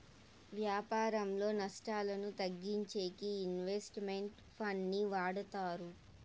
వ్యాపారంలో నష్టాలను తగ్గించేకి ఇన్వెస్ట్ మెంట్ ఫండ్ ని వాడతారు